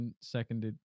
seconded